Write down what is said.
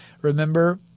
Remember